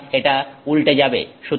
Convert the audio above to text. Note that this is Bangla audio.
সুতরাং এটা উল্টে যাবে